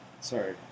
sorry